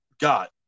got